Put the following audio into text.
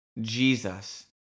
Jesus